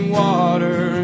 water